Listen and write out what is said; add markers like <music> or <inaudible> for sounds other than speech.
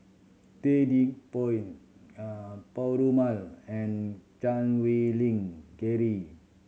Ted De Ponti <hesitation> Perumal and Chan Wei Ling Cheryl